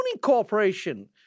Corporation